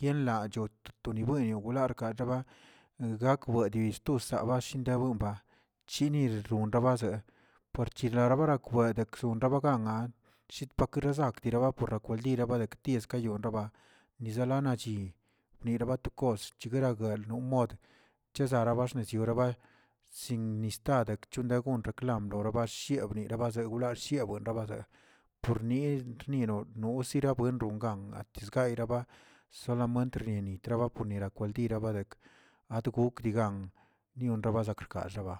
yenlachoto tonibuenyo larkaraba gakbie dillꞌ sto llasaba tebuenba chinironxabaze por chirnarabakw ronrabaze parchirnarabarakwed ronrabaganga llitkpakeresak dirabapuerrab lira barektil deyonraba, nizalanachi niraba tokos gueraguelgnun chezara baxneziyu sin nista etchengra ronreklam norabashierb nerabazeshieb rerabaze porni niro nosirabuenron angatisraygaba solamente riernitrabapuenira kwaldiradekə adgokdigan nioxabasakr. diga